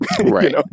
right